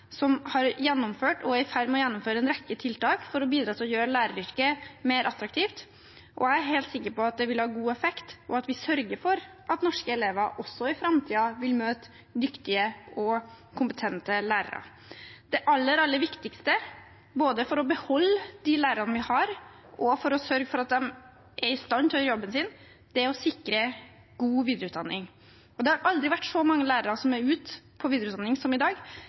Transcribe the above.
som har gjennomført og er i ferd med å gjennomføre en rekke tiltak for å bidra til å gjøre læreryrket mer attraktivt. Jeg er helt sikker på at det vil ha god effekt, og at vi sørger for at norske elever også i framtiden vil møte dyktige og kompetente lærere. Det aller, aller viktigste både for å beholde de lærerne vi har, og for å sørge for at de er i stand til å gjøre jobben sin, er å sikre god videreutdanning. Det har aldri vært så mange lærere som er ute i videreutdanning, som i dag.